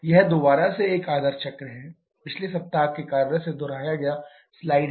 यह दोबारा से एक आदर्श चक्र है पिछले सप्ताह के कार्य से दोहराया गया स्लाइड है